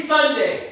Sunday